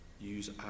use